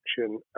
action